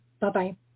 Bye-bye